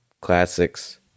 classics